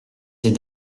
ses